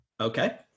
okay